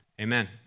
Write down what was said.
amen